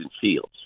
Fields